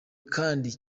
kandi